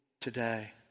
today